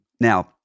Now